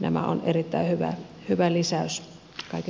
nämä ovat erittäin hyvä lisäys kaiken kaikkiaan